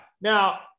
Now